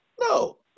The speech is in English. No